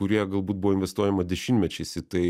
kurie galbūt buvo investuojama dešimtmečiais į tai